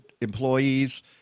employees